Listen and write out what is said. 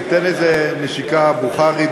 תיתן נשיקה בוכרית,